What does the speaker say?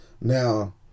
Now